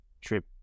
trip